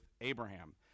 Abraham